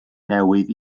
newydd